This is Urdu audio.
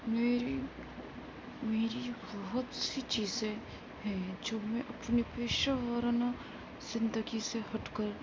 میری میری جو بہت سی چیزیں ہیں جو میں اپنے پیشہ وارانہ زندگی سے ہٹ کر